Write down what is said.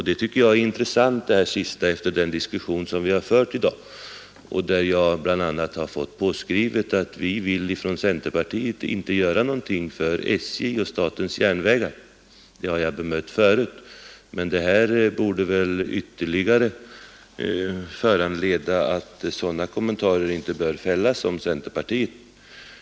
Det tycker jag är intressant efter den diskussion vi har fört i dag, under vilken jag bl.a. har fått påskrivet att vi ifrån centerpartiet inte vill göra någonting för statens järnvägar. Det har jag bemött förut. Men det här borde väl ytterligare föranleda att sådana kommentarer inte bör fällas om centerpartiet.